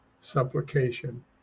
supplication